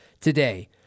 today